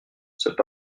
cet